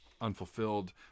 unfulfilled